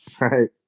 Right